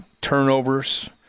turnovers